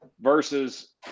versus